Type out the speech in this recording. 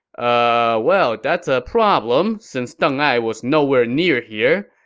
ah well, that's a problem, since deng ai was nowhere near here.